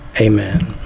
amen